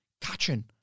catching